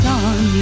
on